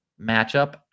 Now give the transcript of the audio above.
matchup